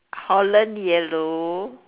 holland yellow